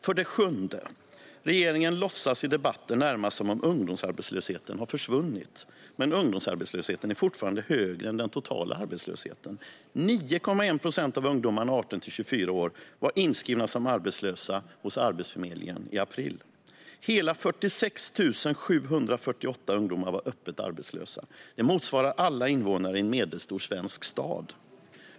För det sjunde: Regeringen låtsas i debatten närmast som om ungdomsarbetslösheten har försvunnit. Men ungdomsarbetslösheten är fortfarande högre än den totala arbetslösheten. 9,1 procent av ungdomarna i åldrarna 18-24 år var inskrivna som arbetslösa hos Arbetsförmedlingen i april. Hela 46 748 ungdomar var öppet arbetslösa. Det motsvarar alla invånare i en medelstor svensk stad.